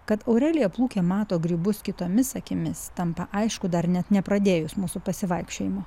kad aurelija plūkė mato grybus kitomis akimis tampa aišku dar net nepradėjus mūsų pasivaikščiojimo